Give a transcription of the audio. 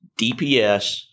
DPS